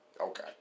Okay